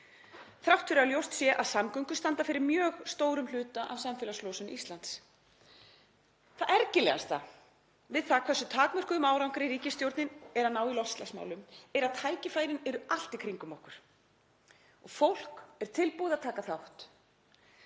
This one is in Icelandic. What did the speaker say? þrátt fyrir að ljóst sé að samgöngur standa fyrir mjög stórum hluta af samfélagslosun Íslands. Það ergilegasta við það hversu takmörkuðum árangri ríkisstjórnin er að ná í loftslagsmálum er að tækifærin eru allt í kringum okkur og fólk er tilbúið til að taka þátt.